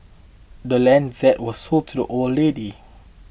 the land's zed was sold to the old lady